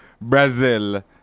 Brazil